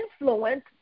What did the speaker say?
influence